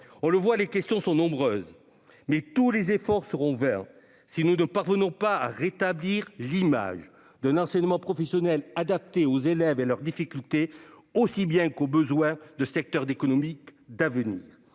On le voit, les questions sont nombreuses, mais tous les efforts seront vains si nous ne parvenons pas à établir l'image d'un enseignement professionnel adapté tant aux élèves et à leurs difficultés qu'aux besoins de secteurs économiques d'avenir.